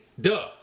duh